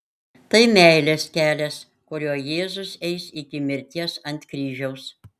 tai meilės kelias kuriuo jėzus eis iki mirties ant kryžiaus